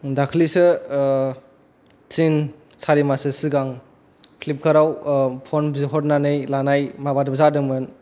दाख्लिसो थिन सारिमास सो सिगां फ्लिफखारआव फन बिहरनानै लानाय जादोंमोन